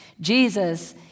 Jesus